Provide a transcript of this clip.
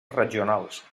regionals